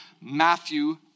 Matthew